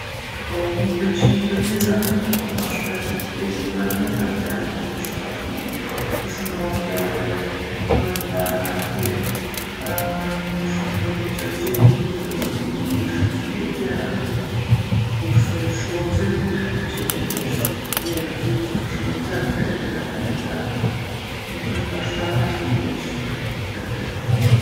Po mu m'pëlqejnë të dyjat ama ma shpesh i veshi farmerkat se janë ma t'përshtatshme për shumë raste edhe ofrojnë nifar rahatije edhe munesh m'i përdorë gjatë gjithë vitit edhe m'i kombinu me shumë stile tjera. Kurse shorcet kom qejf mi veshë verës kur osht shumë nxehtë, se me farmerka nuk osht bash rahat me veshë gjatë verës.